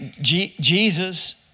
Jesus